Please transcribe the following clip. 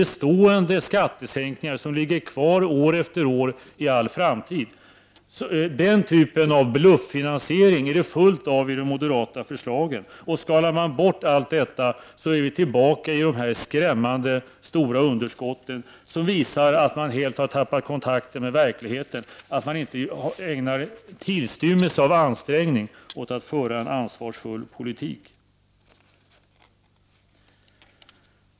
1989/90:140 stående skattesänkningar, som ligger kvar år efter år i all framtid. Den typen = 13 juni 1990 av bluffinansiering är det fullt av i det moderata förslaget. Skalar man bort RN å ö Reformerad inallt detta är vi tillbaka i de skrämmande stora underskotten, som visar att fr z d le M komstoch företagsman helt har tappat kontakten med verkligheten, att man inte ägnar tillstymbeskattning melsen av ansträngning åt att föra en ansvarsfull politik.